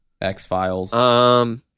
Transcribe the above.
X-Files